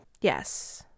yes